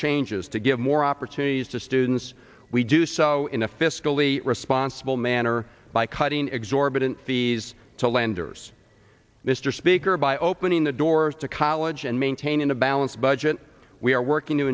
changes to give more opportunities to students we do so in a fiscally responsible manner by cutting exorbitant fees to lenders mr speaker by opening the doors to college and maintaining a balanced budget we are working to